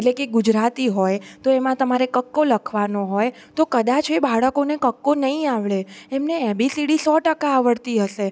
એટલે કે ગુજરાતી હોય તો એમાં તમારે કક્કો લખવાનો હોય તો કદાચ એ બાળકોને કક્કો નહીં આવડે એમણે એબીસીડી સો ટકા આવડતી હશે